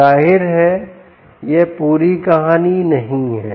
जाहिर है यह पूरी कहानी नहीं है